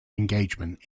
engagement